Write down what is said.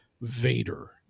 Vader